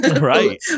Right